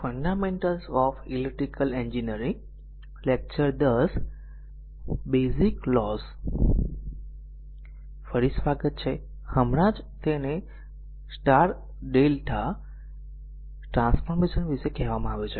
ફરી સ્વાગત છે હમણાં જ તેને વાય Δ ટ્રાન્સફોર્મેશન વિશે કહેવામાં આવ્યું છે